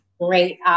great